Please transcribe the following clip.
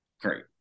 great